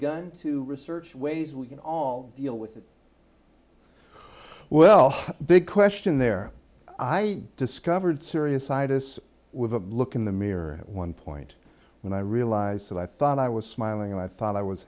begun to research ways we can all deal with that well big question there i discovered serious scientists with a look in the mirror at one point when i realized that i thought i was smiling and i thought i was